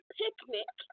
picnic